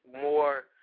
more